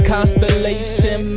Constellation